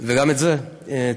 וגם את זה תעדפתי,